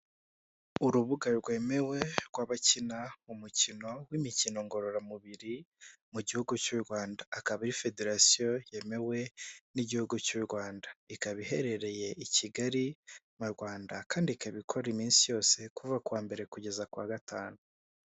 Urubuga rwemewe rw'abakina umukino w'imikino ngororamubiri mu gihugu cy'u Rwanda, akaba ari federasiyo yemewe n'igihugu cy'u Rwanda ikaba iherereye i Kigali mu Rwanda kandi ikaba ikora iminsi yose kuva kuwa mbere kugeza ku wa gatanu.